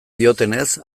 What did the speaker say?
diotenez